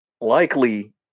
likely